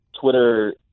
Twitter